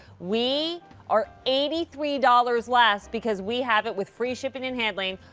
we are eighty three dollars less because we have it with free shipping and handling,